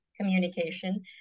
communication